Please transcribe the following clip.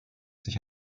sich